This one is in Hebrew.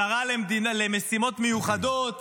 שרה למשימות מיוחדות